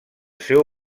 seu